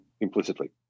implicitly